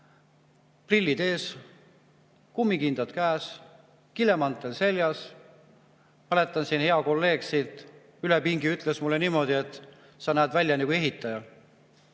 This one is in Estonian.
prillid ees, kummikindad käes, kilemantel seljas. Mäletan, et hea kolleeg siit üle pingirea ütles mulle niimoodi, et sa näed välja nagu ehitaja.